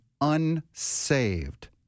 unsaved